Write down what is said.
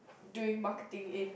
doing marketing in